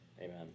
Amen